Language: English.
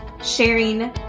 sharing